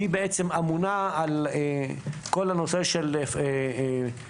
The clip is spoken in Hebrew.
שהיא בעצם אמונה על כל הנושא של קידוחים